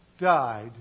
died